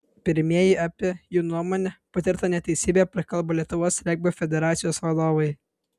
pirmieji apie jų nuomone patirtą neteisybę prakalbo lietuvos regbio federacijos vadovai